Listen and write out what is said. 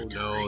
no